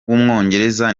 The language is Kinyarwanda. w’umwongereza